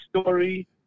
story